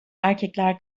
erkekler